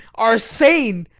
are sane!